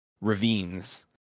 ravines